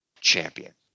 champion